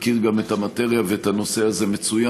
הוא מכיר גם את המטריה ואת הנושא הזה מצוין,